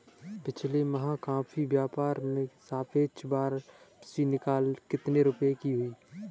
पिछले माह कॉफी व्यापार में सापेक्ष वापसी कितने रुपए की हुई?